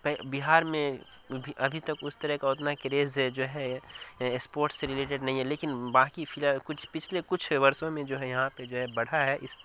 بہار میں ابھی تک اس طرح کا اتنا کریز جو ہے اسپورٹس سے ریلیٹیڈ نہیں ہے لیکن باقی فی الحال کچھ پچھلے کچھ برسوں میں جو ہے یہاں پہ جو ہے بڑھا ہے اس